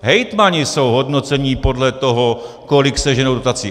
Hejtmani jsou hodnocení podle toho, kolik seženou dotací.